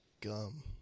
Gum